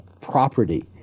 property